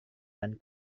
dan